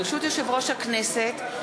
ברשות יושב-ראש הכנסת,